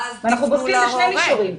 אנחנו בודקים בשני מישורים.